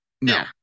no